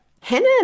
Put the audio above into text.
henna